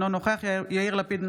אינו נוכח יאיר לפיד,